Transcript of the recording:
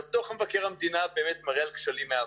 דוח מבקר המדינה באמת מראה על כשלים מהעבר,